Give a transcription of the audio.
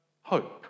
hope